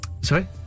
Sorry